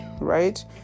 right